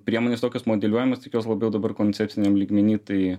priemonės tokios modeliuojamos tik jos labiau dabar koncepciniam lygmeny tai